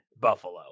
Buffalo